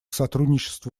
сотрудничеству